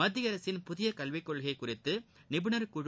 மத்திய அரசின் புதிய கல்விக்கொள்கை குறித்து நிபுணர் குழு